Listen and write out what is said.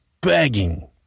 begging